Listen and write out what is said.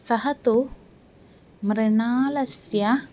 सः तु मृणालस्य